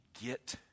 get